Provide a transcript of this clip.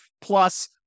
plus